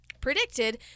predicted